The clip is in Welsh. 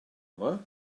yma